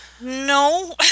No